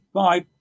bye